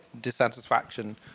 dissatisfaction